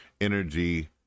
energy